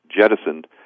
jettisoned